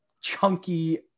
chunky